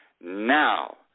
Now